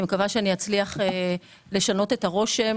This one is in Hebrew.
אני מקווה שאני אצליח לשנות את הרושם